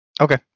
Okay